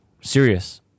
serious